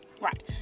Right